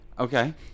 Okay